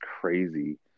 crazy